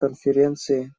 конференции